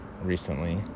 recently